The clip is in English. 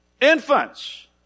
Infants